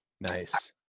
Nice